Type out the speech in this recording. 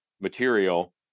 material